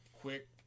quick